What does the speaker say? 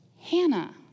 Hannah